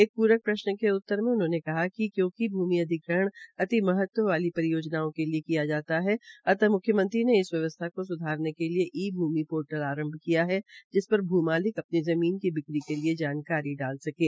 एक पूरक प्रश्न के उत्तर में उन्होंने कहा कि क्योंकि भूमि अधिग्रहण अति महत्व वाली परियोजनाओं के लिए ही किया जाता है अतः म्ख्यमंत्री ने इस व्यवस्था को स्धारने के लिए ई भूमि पोर्टल आरम्भ किया है जिस पर भ्र मालिक अपनी जमीन की बिक्री के लिए जानकारी डाल सकें